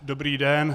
Dobrý den.